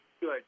Good